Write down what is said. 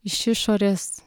iš išorės